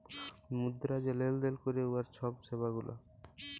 মুদ্রা যে লেলদেল ক্যরে উয়ার ছব সেবা গুলা